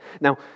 now